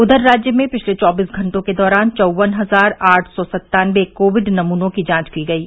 उधर राज्य में पिछले चौबीस घंटों के दौरान चौवन हजार आठ सौ सत्तानवे कोविड नमूनों की जांच की गयी